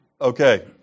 Okay